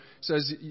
says